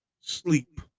sleep